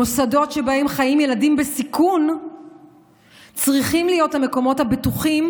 המוסדות שבהם חיים ילדים בסיכון צריכים להיות המקומות הבטוחים,